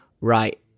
right